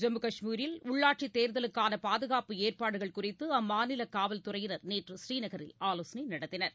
ஜம்மு கஷ்மீரில் உள்ளாட்சித் தேர்தலுக்கான பாதுகாப்பு ஏற்பாடுகள் குறித்து அம்மாநில காவல்துறையினர் நேற்று ஸ்ரீநகரில் ஆலோசனை நடத்தினர்